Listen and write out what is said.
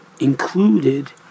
included